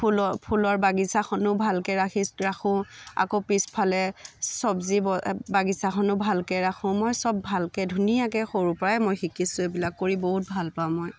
ফুলৰ ফুলৰ বাগিছাখনো ভালকৈ ৰাখিছ ৰাখোঁ আকৌ পিছফালে চব্জি বাগিছাখনো ভালকৈ ৰাখোঁ মই চব ভালকৈ ধুনীয়াকৈ সৰুৰ পৰাই মই শিকিছোঁ এইবিলাক কৰি বহুত ভাল পাওঁ মই